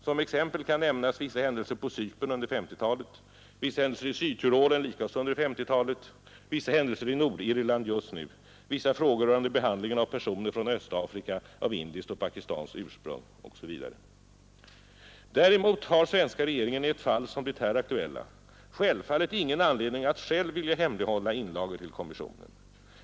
Som exempel kan nämnas: vissa händelser på Cypern under 1950-talet, vissa händelser i Sydtyrolen likaså under 1950-talet, vissa händelser i Nordirland just nu, vissa frågor rörande behandlingen av personer från Östafrika av indiskt och pakistanskt ursprung osv. Däremot har svenska regeringen i ett fall som det här aktuella självfallet ingen anledning att själv vilja hemlighålla inlagor till kommissionen.